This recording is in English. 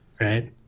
right